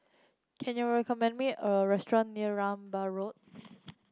can you recommend me a restaurant near Rambai Road